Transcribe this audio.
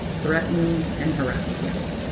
threatened and harassed yes.